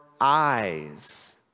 eyes